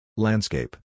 Landscape